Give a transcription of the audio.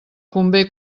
convé